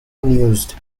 unused